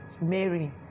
Mary